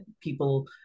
people